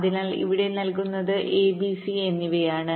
അതിനാൽ ഇവിടെ നൽകുന്നത് a b c എന്നിവയാണ്